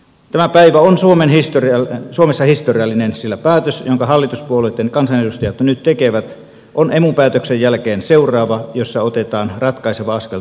tämä päivä on suomessa historiallinen sillä päätös jonka hallituspuolueitten kansanedustajat nyt tekevät on emu päätöksen jälkeen seuraava jossa otetaan ratkaiseva askel tuohon suuntaan